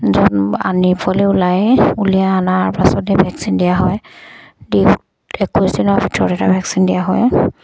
ওলায় উলিয়াই অনাৰ পাছতে ভেকচিন দিয়া হয় দি একৈছ দিনৰ ভিতৰত এটা ভেকচিন দিয়া হয়